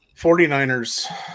49ers